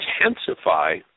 intensify